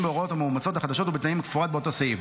בהוראות המאומצות החדשות ובתנאים כמפורט באותו סעיף.